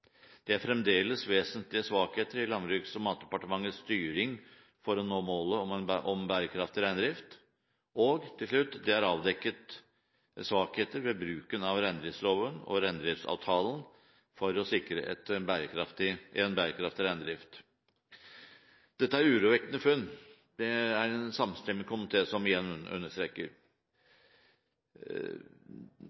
Det er fremdeles vesentlige svakheter i Landbruks- og matdepartementets styring for å nå målet om bærekraftig reindrift». Og til slutt: «Det er avdekket svakheter ved bruken av reindriftsloven og reindriftsavtalen for å sikre en bærekraftig reindrift.» Dette er urovekkende funn. Det er en samstemmig komité som igjen understreker